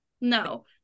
No